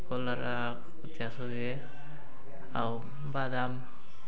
କଲରା ଚାଷ ହୁଏ ଆଉ ବାଦାମ